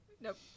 nope